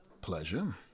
Pleasure